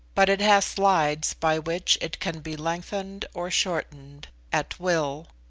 but it has slides by which it can be lengthened or shortened at will.